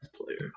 player